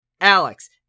Alex